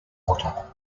water